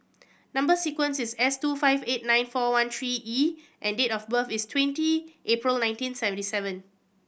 number sequence is S two five eight nine four one three E and date of birth is twenty April nineteen seventy seven